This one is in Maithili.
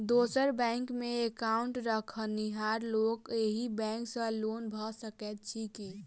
दोसर बैंकमे एकाउन्ट रखनिहार लोक अहि बैंक सँ लोन लऽ सकैत अछि की?